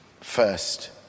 first